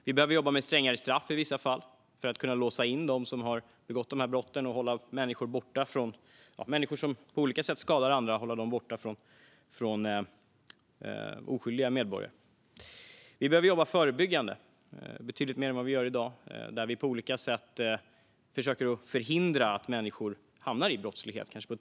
Vi behöver jobba med strängare straff i vissa fall för att kunna låsa in dem som har begått de här brotten och hålla människor som på olika sätt skadar andra borta från oskyldiga medborgare. Vi behöver jobba förebyggande betydligt mer än vad vi gör och på olika sätt och på ett tidigare stadium försöka förhindra att unga människor hamnar i brottslighet.